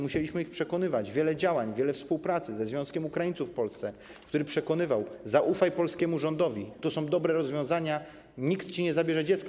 Musieliśmy ich przekonywać, było wiele działań, wiele współpracy ze Związkiem Ukraińców w Polsce, który przekonywał: zaufaj polskiemu rządowi, to są dobre rozwiązania, nikt ci nie zabierze dziecka.